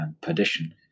perdition